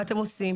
מה אתם עושים?